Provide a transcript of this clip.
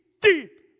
deep